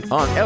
on